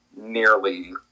nearly